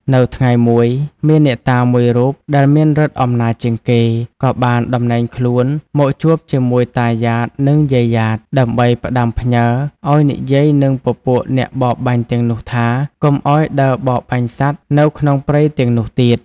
នៅថ្ងៃមួយ មានអ្នកតាមួយរូបដែលមានឬទ្ធិអំណាចជាងគេ ក៏បានតំណែងខ្លួនមកជួបជាមួយតាយ៉ាត និង យាយយ៉ាត ដើម្បីផ្ដាំផ្ញើរឱ្យនិយាយនឹងពពួកអ្នកបរបាញ់ទាំងនោះថា កុំឱ្យដើរបរបាញ់សត្វនៅក្នុងព្រៃទាំងនោះទៀត។